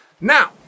Now